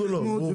יש התקדמות.